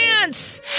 dance